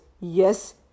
yes